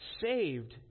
saved